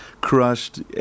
crushed